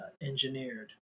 engineered